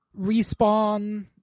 respawn